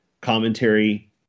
commentary